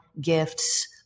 Gifts